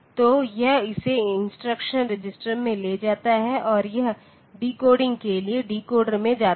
तो यह इसे इंस्ट्रक्शन रजिस्टर में ले जाता है और यह डिकोडिंग के लिए डिकोडर में जाता है